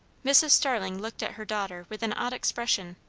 mrs. starling looked at her daughter with an odd expression.